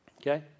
Okay